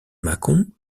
mâcon